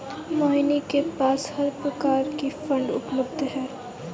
मोहिनी के पास हर प्रकार की फ़ंड उपलब्ध है